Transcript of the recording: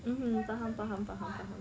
mmhmm faham faham faham faham